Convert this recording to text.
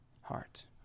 heart